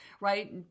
right